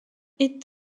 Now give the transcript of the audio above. est